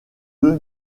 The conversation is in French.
deux